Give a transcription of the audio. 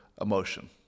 emotion